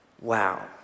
Wow